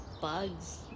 bugs